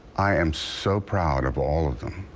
i am so proud of all of them.